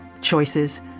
choices